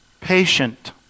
Patient